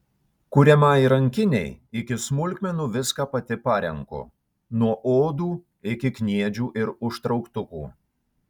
kuriamai rankinei iki smulkmenų viską pati parenku nuo odų iki kniedžių ir užtrauktukų